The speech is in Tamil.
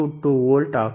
22 வோல்ட் ஆகும்